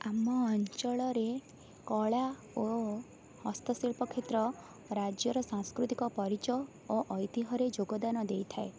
ଆମ ଅଞ୍ଚଳରେ କଳା ଓ ହସ୍ତଶିଳ୍ପ କ୍ଷେତ୍ର ରାଜ୍ୟର ସାଂସ୍କୃତିକ ପରିଚୟ ଓ ଐତିହରେ ଯୋଗଦାନ ଦେଇଥାଏ